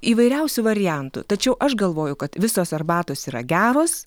įvairiausių variantų tačiau aš galvoju kad visos arbatos yra geros